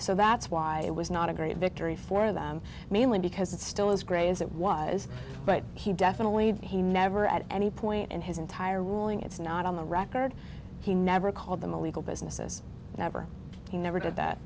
so that's why it was not a great victory for them mainly because it's still as great as it was but he definitely he never at any point in his entire ruling it's not on the record he never called them a legal businesses never he never did that